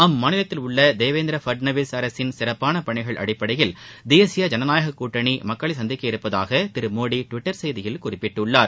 அம்மாநிலத்திலுள்ள தேவேந்திர பட்நவிஸ் அரசின் சிறப்பான பணிகள் அடிப்படையில் தேசிய ஜனநாயக கூட்டணி மக்களை சந்திக்கவிருப்பதாக திரு மோடி டுவிட்டர் செய்தியில் குறிப்பிட்டுள்ளார்